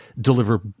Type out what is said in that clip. deliver